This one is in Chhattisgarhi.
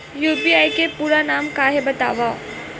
यू.पी.आई के पूरा नाम का हे बतावव?